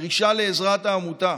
הדרישה לעזרת העמותה